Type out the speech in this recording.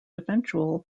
eventual